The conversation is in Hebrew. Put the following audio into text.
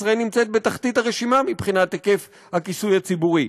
ישראל נמצאת בתחתית הרשימה מבחינת היקף הכיסוי הציבורי,